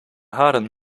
haren